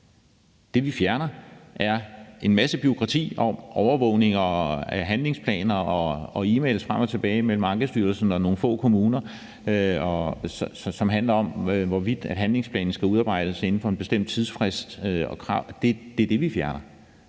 Det, vi fjerner, er en masse bureaukrati om overvågninger, handlingsplaner og e-mails frem og tilbage mellem Ankestyrelsen og nogle få kommuner, som handler om, hvorvidt handlingsplanen skal udarbejdes inden for en bestemt tidsfrist og bestemte krav. Det er det, vi fjerner.